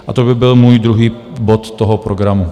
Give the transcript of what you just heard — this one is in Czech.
A to by byl můj druhý bod toho programu.